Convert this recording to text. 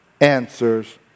answers